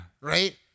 Right